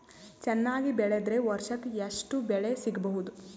ಚೆನ್ನಾಗಿ ಬೆಳೆದ್ರೆ ವರ್ಷಕ ಎಷ್ಟು ಬೆಳೆ ಸಿಗಬಹುದು?